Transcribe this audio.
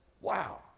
Wow